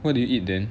what do you eat then